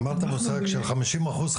אמרת מושג של חמישים אחוז,